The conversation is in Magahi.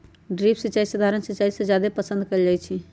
ड्रिप सिंचाई सधारण सिंचाई से जादे पसंद कएल जाई छई